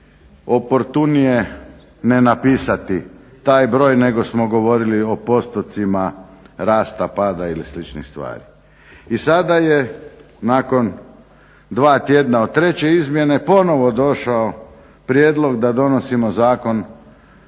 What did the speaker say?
I sada je nakon dva tjedna od treće izmjene ponovno došao prijedlog da donosimo zakon